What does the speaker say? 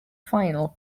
final